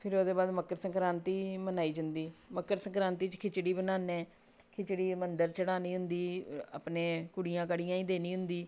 फिर ओह्दे बाद मकरसक्रांति मनाई जन्दी मकर सक्रांति च खिचड़ी बनाने खिचड़ी मंदार चढ़ानी होंदी अपने कुड़ियां काड़ियें देनी होंदी